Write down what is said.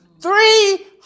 Three